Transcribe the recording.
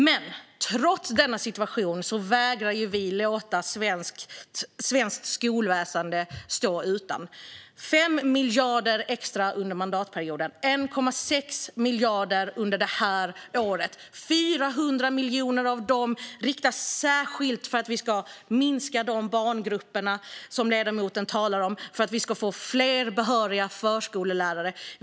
Men trots denna situation vägrar vi att låta svenskt skolväsen stå utan resurser. Vi lägger 5 miljarder extra under mandatperioden och 1,6 miljarder under detta år - 400 miljoner av dessa pengar riktas särskilt för att minska de barngrupper som ledamoten talade om och för att få fler behöriga förskollärare.